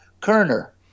Kerner